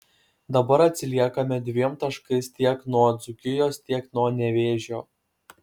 dabar atsiliekame dviem taškais tiek nuo dzūkijos tiek nuo nevėžio